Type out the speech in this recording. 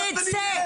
תסתום ותצא.